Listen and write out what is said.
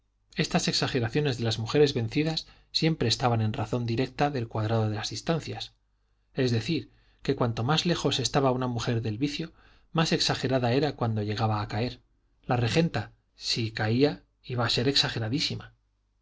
estas exageraciones de las mujeres vencidas siempre estaban en razón directa del cuadrado de las distancias es decir que cuanto más lejos estaba una mujer del vicio más exagerada era cuando llegaba a caer la regenta si caía iba a ser exageradísima